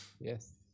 Yes